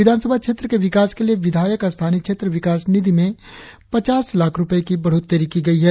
विधानसभा क्षेत्र के विकास के लिए विधायक स्थानीय क्षेत्र विकास निधि में पचास लाख़ रुपए की बढ़ोत्तरी की गई है